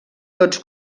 tots